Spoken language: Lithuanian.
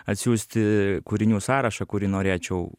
atsiųsti kūrinių sąrašą kurį norėčiau